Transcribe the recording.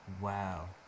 Wow